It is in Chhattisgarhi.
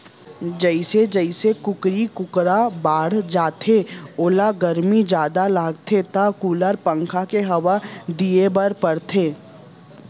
जइसे जइसे कुकरा कुकरी ह बाढ़त जाथे ओला गरमी जादा लागथे त कूलर, पंखा के हवा दिये बर परथे